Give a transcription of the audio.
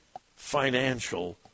financial